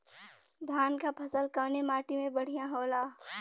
धान क फसल कवने माटी में बढ़ियां होला?